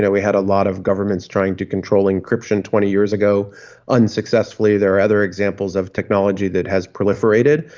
yeah we had a lot of governments trying to control encryption twenty years ago unsuccessfully. there are other examples of technology that has proliferated.